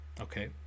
Okay